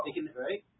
Right